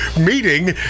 meeting